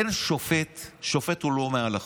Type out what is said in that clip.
אין שופט, שופט הוא לא מעל החוק.